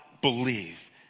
believe